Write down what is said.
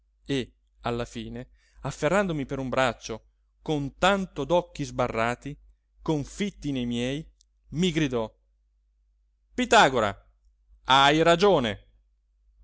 e alla fine afferrandomi per un braccio con tanto d'occhi sbarrati confitti nei miei mi gridò pitagora hai ragione